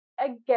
again